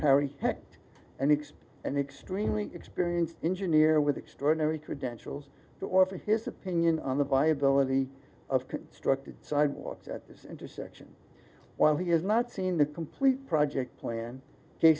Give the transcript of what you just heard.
hecht and next an extremely experienced engineer with extraordinary credentials to offer his opinion on the viability of constructed sidewalks at this intersection while he has not seen the complete project plan j